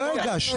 אבל לא הגשנו.